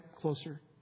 closer